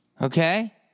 Okay